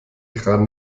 kran